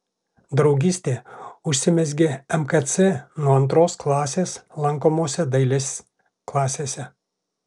draugystė užsimezgė mkc nuo antros klasės lankomose dailės klasėse